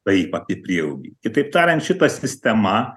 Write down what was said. taip apie prieaugį kitaip tariant šita sistema